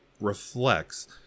reflects